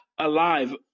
Alive